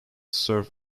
surf